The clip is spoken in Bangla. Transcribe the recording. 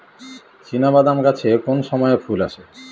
চিনাবাদাম গাছে কোন সময়ে ফুল আসে?